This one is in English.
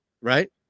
Right